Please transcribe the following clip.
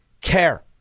care